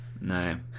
No